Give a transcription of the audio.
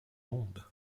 monde